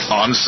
on